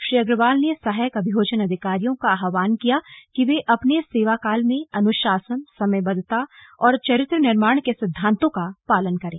श्री अग्रवाल ने सहायक अभियोजन अधिकारियों को आह्वान किया कि वे अपने सेवाकाल में अनुशासन समयबद्धता और चरित्र निर्माण के सिद्धान्तों का पालन करें